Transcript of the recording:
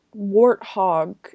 warthog